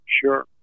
Sure